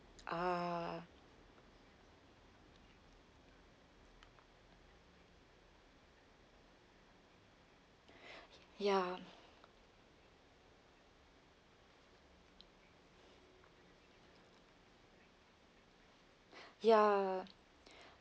ah ya ya